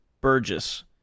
Burgess